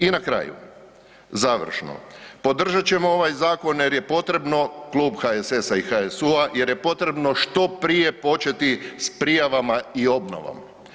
I na kraju završno, podržat ćemo ovaj zakon jer je potrebno, Klub HSS i HSU-a jer je potrebno što prije početi s prijavama i obnovom.